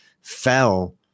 fell